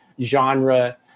genre